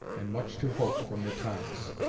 and much to hope from the times.